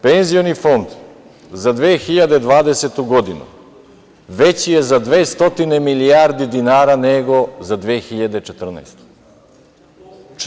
Penzioni fond za 2020. godinu veći je za 200 milijardi dinara nego za 2014. godinu.